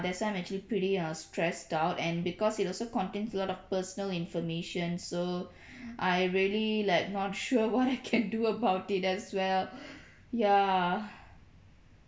that's why I'm actually pretty err stressed out and because it also contains lot of personal information so I really like not sure what I can do about it as well ya